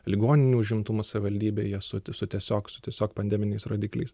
ligoninių užimtumu savivaldybėje su su tiesiog su tiesiog pandeminiais rodikliais